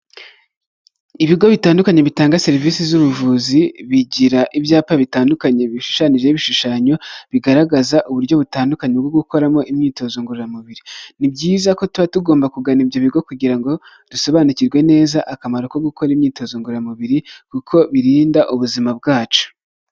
Ibigo bitandukanye bitanga serivisi z'ubuvuzi, bigira ibyapa bitandukanye bishushanyijeho ibishushanyo, bigaragaza uburyo butandukanye bwo gukoramo imyitozo ngororamubiri. Ni byiza ko tuba tugomba kugana ibyo bigo kugira ngo dusobanukirwe neza akamaro ko gukora imyitozo ngororamubiri, kuko birinda ubuzima bwacu.